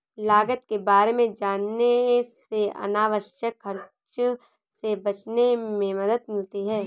लागत के बारे में जानने से अनावश्यक खर्चों से बचने में मदद मिलती है